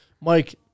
Mike